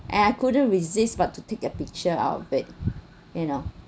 and I couldn't resist but to take a picture out of it you know